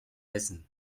essen